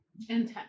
Intense